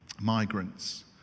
migrants